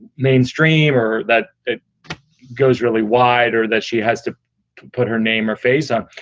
mainstream or that it goes really wide or that she has to to put her name or face up.